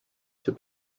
się